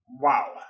Wow